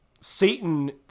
Satan